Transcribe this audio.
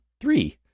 three